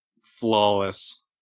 flawless